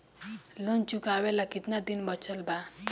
Loan चुकावे ला कितना दिन बचल बा?